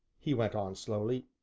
he went on slowly,